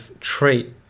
trait